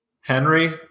Henry